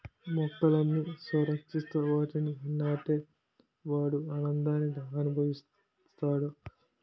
మొక్కలని సంరక్షిస్తూ వాటిని నాటే వాడు ఆనందాన్ని అనుభవిస్తాడు